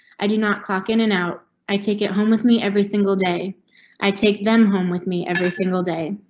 i do not clock in and out. i take it home with me every single day i take them home with me every single day.